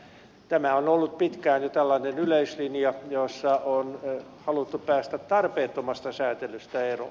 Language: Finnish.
tämä on ollut pitkään jo tällainen yleislinja jossa on haluttu päästä tarpeettomasta säätelystä eroon